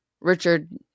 richard